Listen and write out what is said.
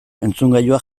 entzungailuak